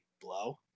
Blow